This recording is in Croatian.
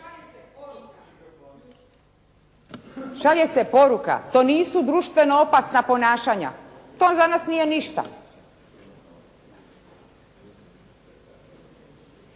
šalje se poruka. To nisu društveno opasna ponašanja, to za nas nije ništa.